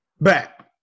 back